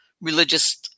religious